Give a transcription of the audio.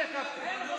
ההסכם עם הלבנונים,